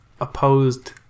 opposed